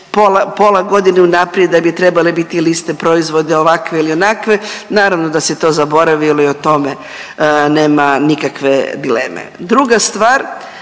pola godine unaprijed da bi trebale biti liste proizvoda ovakve ili onakve, naravno da se to zaboravilo i o tome nema nikakve dileme. Druga stvar